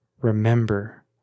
Remember